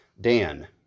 Dan